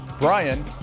Brian